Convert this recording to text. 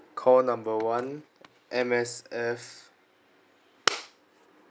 call number one M_S_F